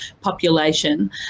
population